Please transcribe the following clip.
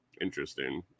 interesting